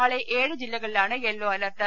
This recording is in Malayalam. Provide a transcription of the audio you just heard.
നാളെ ഏഴ് ജില്ലകളിലാണ് യെല്ലോ അലർട്ട്